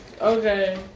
Okay